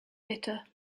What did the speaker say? bitter